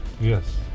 Yes